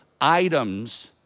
items